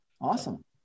Awesome